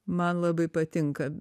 man labai patinka